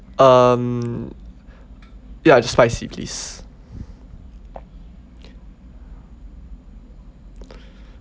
um ya just spicy please